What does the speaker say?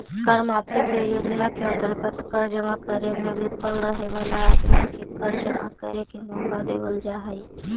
कर माफी के योजना के अंतर्गत कर जमा करे में विफल रहे वाला आदमी के कर जमा करे के मौका देवल जा हई